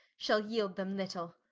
shall yeeld them little,